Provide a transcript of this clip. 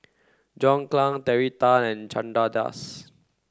John Clang Terry Tan and Chandra Das